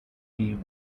wee